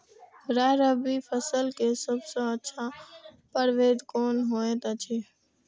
राय रबि फसल के सबसे अच्छा परभेद कोन होयत अछि?